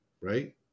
right